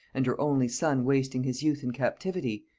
and her only son wasting his youth in captivity,